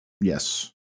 Yes